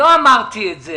לא אמרתי את זה.